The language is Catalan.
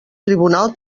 tribunal